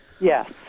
Yes